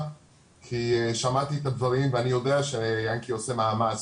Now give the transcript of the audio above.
כי שמעתי את הדברים ואני יודע שיענקי עושה מאמץ,